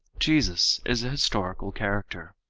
jesus is a historical character.